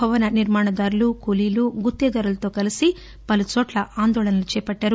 భవన నిర్మాణదారులు కూలీలు గుత్తేదారులతో కలీసి పలుచోట్ల ఆందోళనలు చేపట్టారు